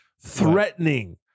Threatening